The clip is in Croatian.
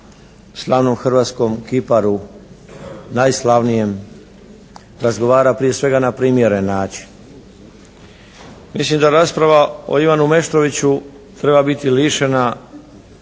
slavnom hrvatskom kiparu najslavnijem razgovara prije svega na primjeren način. Mislim da rasprava o Ivanu Meštroviću treba biti lišena